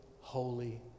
holy